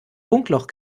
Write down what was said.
funkloch